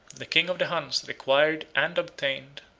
the king of the huns required and obtained,